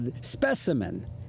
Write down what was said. Specimen